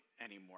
anymore